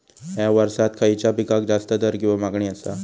हया वर्सात खइच्या पिकाक जास्त दर किंवा मागणी आसा?